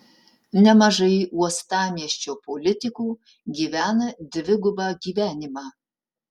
nemažai uostamiesčio politikų gyvena dvigubą gyvenimą